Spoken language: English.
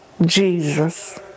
Jesus